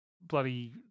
bloody